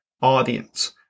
audience